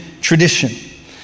tradition